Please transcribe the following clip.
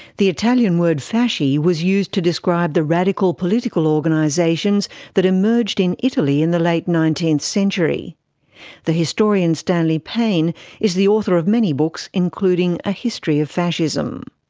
the italian word fasci was used to describe the radical political organisations that emerged in italy in the late nineteenth century the historian stanley payne is the author of many books, including a history of fascism.